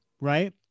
Right